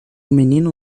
menino